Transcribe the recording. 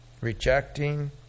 rejecting